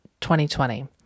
2020